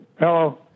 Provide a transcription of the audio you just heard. Hello